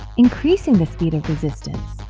increasing the speed of resistance.